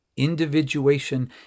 Individuation